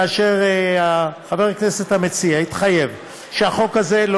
כאשר חבר הכנסת המציע יתחייב שהחוק הזה לא